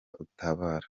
utabara